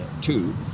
two